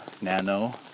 nano